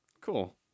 Cool